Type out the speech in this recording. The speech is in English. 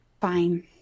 Fine